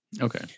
Okay